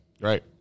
Right